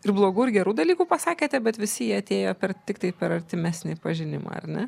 ir blogų ir gerų dalykų pasakėte bet visi jie atėjo per tiktai per artimesnį pažinimą ar ne